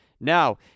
Now